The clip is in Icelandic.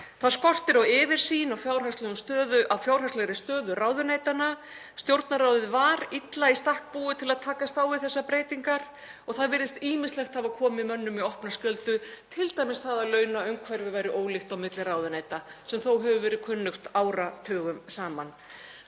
Þá skortir yfirsýn yfir fjárhagslega stöðu ráðuneytanna. Stjórnarráðið var illa í stakk búið til að takast á við þessar breytingar og það virðist ýmislegt hafa komið mönnum í opna skjöldu, t.d. það að launaumhverfi væri ólíkt á milli ráðuneyta sem þó hefur verið kunnugt áratugum saman.